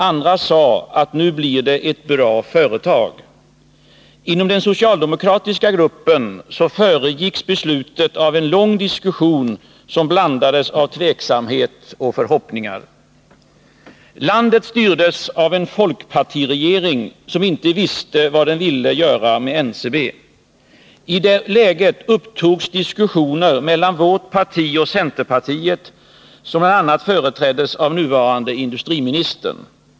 Andra sade, att nu blir det ett bra företag. Inom den socialdemokratiska gruppen föregicks beslutet av en lång diskussion, som blandades av tveksamhet och förhoppningar. Landet styrdes av en folkpartiregering, som inte visste vad den ville göra med NCB. I det läget upptogs diskussioner mellan vårt parti och centerpartiet, som bl.a. företräddes av nuvarande industriministern.